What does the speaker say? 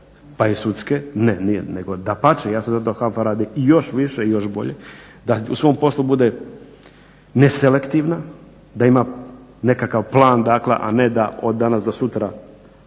pa i sudske, ne nije, nego dapače ja sam za to da HANFA radi i još više i još bolje, da u svom poslu bude neselektivna, da ima nekakav plan a ne da od danas do sutra